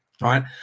right